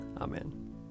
Amen